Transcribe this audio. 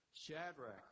Shadrach